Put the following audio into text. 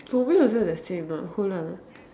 for me also the same you know hold on ah